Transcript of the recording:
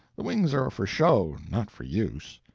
the wings are for show, not for use.